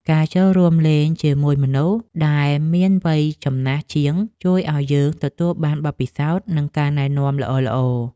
ការចូលរួមលេងជាមួយមនុស្សដែលមានវ័យចំណាស់ជាង ជួយឱ្យយើងទទួលបានបទពិសោធន៍ និងការណែនាំល្អៗ។